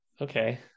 okay